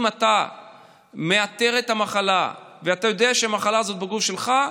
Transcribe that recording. אם אתה מאתר את המחלה ואתה יודע שהמחלה הזאת בגוף שלך,